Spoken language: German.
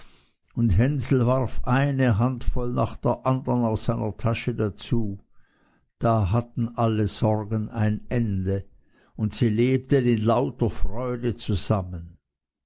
und hänsel warf eine handvoll nach der anderen aus seiner tasche dazu da hatten alle sorgen ein ende und sie lebten in lauter freude zusammen